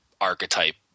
archetype